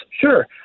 sure